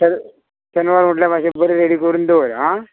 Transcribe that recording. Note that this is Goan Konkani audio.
शे शेनवार म्हटल्या मातशें बरें रेडी करून दवर आं